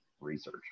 research